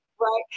Right